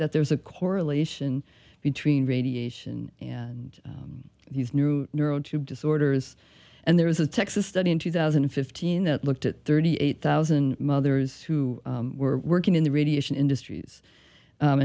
that there's a correlation between radiation and these new neural tube disorders and there was a texas study in two thousand and fifteen that looked at thirty eight thousand mothers who were working in the radiation industries